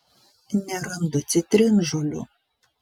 nerandu citrinžolių